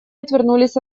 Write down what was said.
отвернулись